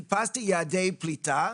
חיפשתי יעדי פליטה,